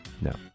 No